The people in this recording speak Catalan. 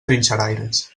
trinxeraires